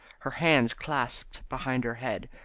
her hands clasped behind her head,